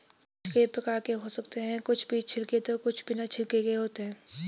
बीज कई प्रकार के हो सकते हैं कुछ बीज छिलके तो कुछ बिना छिलके के होते हैं